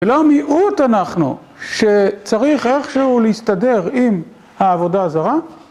ולא המיעוט אנחנו שצריך איכשהו להסתדר עם העבודה הזרה.